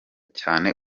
cyane